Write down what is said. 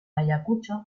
ayacucho